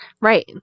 Right